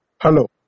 Hello